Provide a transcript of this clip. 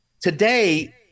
today